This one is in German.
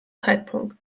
zeitpunkt